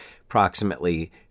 approximately